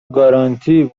گارانتی